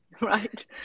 right